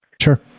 Sure